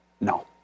No